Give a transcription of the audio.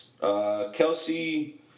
Kelsey